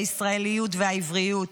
הישראליות והעבריות.